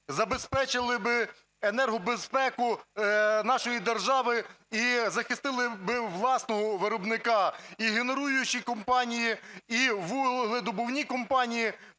забезпечили би енергобезпеку нашої держави і захистили би власного виробника і генеруючі компанії, і вугледобувні компанії.